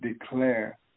declare